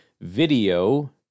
video